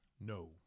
No